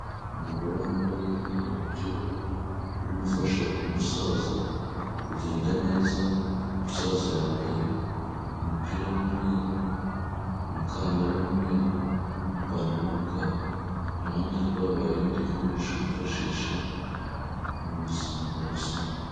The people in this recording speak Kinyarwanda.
Umugore wambaye ibintu by'ubururu, uri gufasha umusaza kugenda neza, umusaza yambaye umupira w'umweru, umukandara w'umweru, n'ipantaro y'umukara, iruhande rwabo hari ibindi bikoresho bifashisha mu buzima bwa rusange.